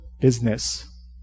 business